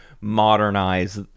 modernize